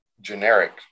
generic